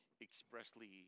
expressly